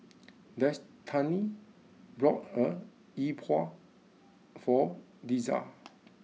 Destany bought a e-bua for Deja